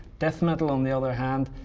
death metal on the other hand,